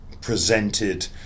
presented